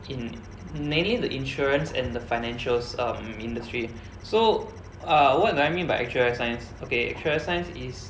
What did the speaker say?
in mainly the insurance and the financials um industry so uh what do I mean by actuarial science okay actuarial science is